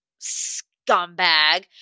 scumbag